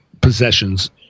possessions